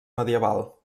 medieval